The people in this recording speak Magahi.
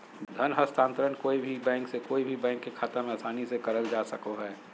धन हस्तान्त्रंण कोय भी बैंक से कोय भी बैंक के खाता मे आसानी से करल जा सको हय